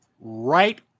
right